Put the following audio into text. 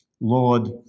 Lord